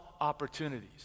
opportunities